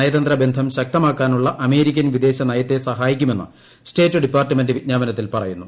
നയതന്ത്ര ബന്ധം ശക്തമാക്കാനുള്ള അമേരിക്കൻ വിദേശനയത്തെ സഹായിക്കുമെന്ന് സ്റ്റേറ്റ് ഡിപ്പാർട്ട്മെന്റ് വിജ്ഞാപനത്തിൽ പറയുന്നു